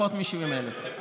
פחות מ-70,000.